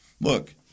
Look